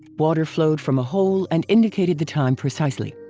water flowed from a hole and indicated the time precisely.